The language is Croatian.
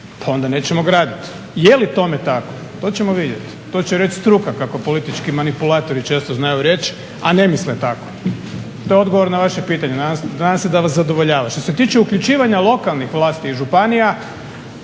pa onda nećemo graditi. Je li tome tako to ćemo vidjeti. To će reći struka kako politički manipulatori često znaju reći, a ne misle tako. To je odgovor na vaše pitanje. Nadam se da vas zadovoljava. Što se tiče uključivanja lokalnih vlasti i županija,